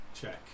check